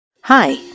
Hi